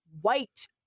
white